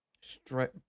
straight